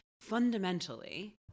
fundamentally